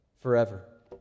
forever